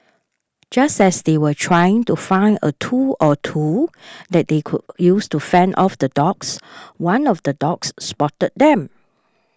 just as they were trying to find a tool or two that they could use to fend off the dogs one of the dogs spotted them